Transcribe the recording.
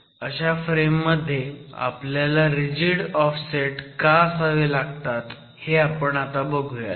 अशा फ्रेम मध्ये आपल्याला रिजिड ऑफसेट का असावे लागतात हे आपण बघुयात